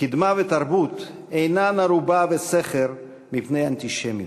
קדמה ותרבות אינן ערובה וסכר מפני אנטישמיות.